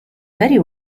very